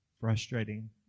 frustrating